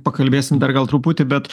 pakalbėsim dar gal truputį bet